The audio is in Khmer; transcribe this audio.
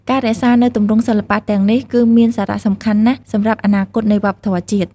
ការរក្សានូវទម្រង់សិល្បៈទាំងនេះគឺមានសារៈសំខាន់ណាស់សម្រាប់អនាគតនៃវប្បធម៌ជាតិ។